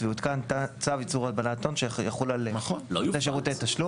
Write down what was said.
ויותקן צו איסור הלבנת הון שיחול על נותני שירותי תשלום.